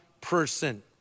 person